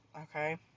okay